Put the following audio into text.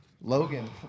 Logan